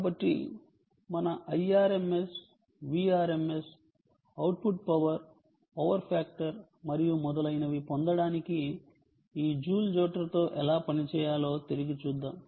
కాబట్టి మన Irms Vrms output power power factor మరియు మొదలైనవి పొందడానికి ఈ జూల్ జోటర్తో ఎలా పని చేయాలో తిరిగి చూద్దాం